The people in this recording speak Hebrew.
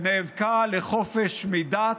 שנאבקה לחופש מדת,